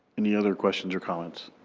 any other questions or comments?